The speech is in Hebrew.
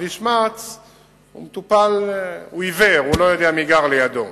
כביש מע"צ הוא עיוור, הוא לא יודע מי גר לידו.